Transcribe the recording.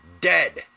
dead